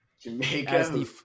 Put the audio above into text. Jamaica